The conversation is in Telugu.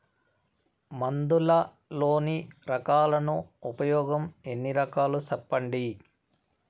మందులలోని రకాలను ఉపయోగం ఎన్ని రకాలు? సెప్పండి?